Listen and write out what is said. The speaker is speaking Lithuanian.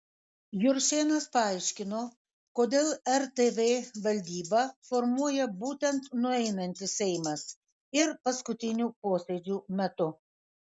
juršėnas paaiškino kodėl rtv valdybą formuoja būtent nueinantis seimas ir paskutinių posėdžių metu